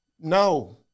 No